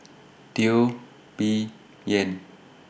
Teo Bee Yen